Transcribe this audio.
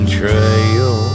trail